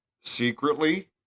secretly